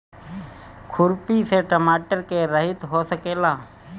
खुरपी से टमाटर के रहेती हो सकेला?